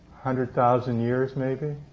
hundred thousand years, maybe.